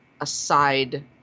aside